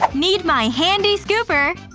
need my handy scooper!